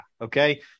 Okay